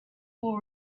will